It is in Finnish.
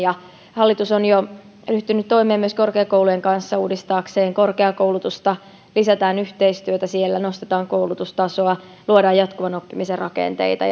hallitus on jo ryhtynyt toimeen myös korkeakoulujen kanssa uudistaakseen korkeakoulutusta lisätään yhteistyötä siellä nostetaan koulutustasoa luodaan jatkuvan oppimisen rakenteita